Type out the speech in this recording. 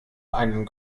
einen